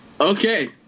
Okay